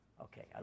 Okay